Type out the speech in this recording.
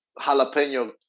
jalapeno